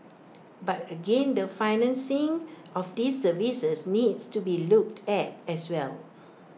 but again the financing of these services needs to be looked at as well